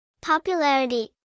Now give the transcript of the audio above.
Popularity